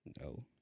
No